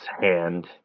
hand